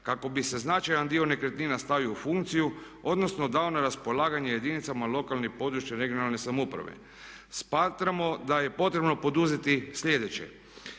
kako bi se značajan dio nekretnina stavio u funkciju, odnosno dao na raspolaganje jedinicama lokalne i područne (regionalne) samouprave. Smatramo da je potrebno poduzeti sljedeće: